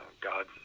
God